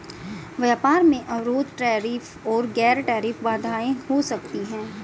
व्यापार में अवरोध टैरिफ और गैर टैरिफ बाधाएं हो सकती हैं